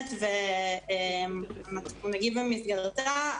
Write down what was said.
שמתנהלת ונגיב במסגרתה.